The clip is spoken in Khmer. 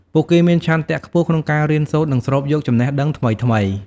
ពួកគេមានឆន្ទៈខ្ពស់ក្នុងការរៀនសូត្រ និងស្រូបយកចំណេះដឹងថ្មីៗ។